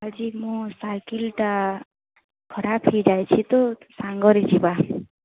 ଆଜି ମୁଁ ସାଇକେଲ୍ଟା ଖରାପ ହୋଇଯାଇଛି ତ ସାଙ୍ଗରେ ଯିବା